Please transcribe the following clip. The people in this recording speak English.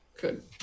Good